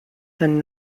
and